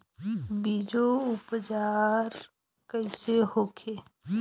बीजो उपचार कईसे होखे?